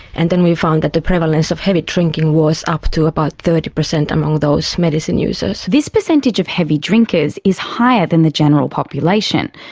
and then we found that the prevalence of heavy drinking was up to about thirty percent among those medicine users. this percentage of heavy drinkers is higher than the general population,